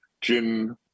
gin